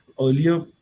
Earlier